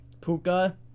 puka